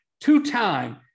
two-time